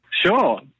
Sure